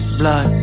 blood